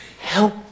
help